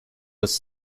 was